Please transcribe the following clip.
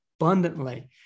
abundantly